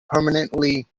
permanently